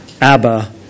Abba